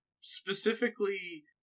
specifically